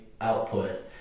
output